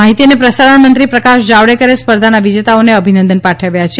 માહિતી અને પ્રસારણમંત્રી પ્રકાશ જાવડેકરે સ્પર્ધાના વિજેતાઓને અભિનંદન પાઠવ્યા છે